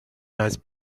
nice